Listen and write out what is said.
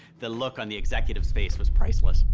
the look on the executive's face was priceless.